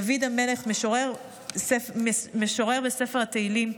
דוד המלך, משורר ספר תהילים: